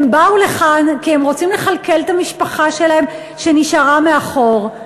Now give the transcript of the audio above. הם באו לכאן כי הם רוצים לכלכל את המשפחה שלהם שנשארה מאחור,